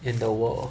in the world